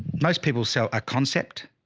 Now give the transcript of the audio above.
most people sell a concept.